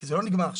זה לא נגמר עכשיו,